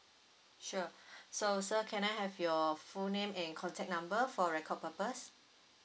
sure so sir can I have your full name and contact number for record purpose